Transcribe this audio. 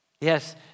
Yes